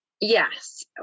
yes